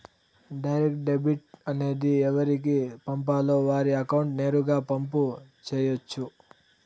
direct debit అనేది ఎవరికి పంపాలో వారి అకౌంట్ నేరుగా పంపు చేయొచ్చు